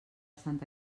santa